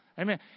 Amen